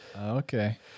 Okay